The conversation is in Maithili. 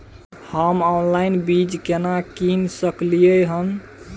हम ऑनलाइन बीज केना कीन सकलियै हन?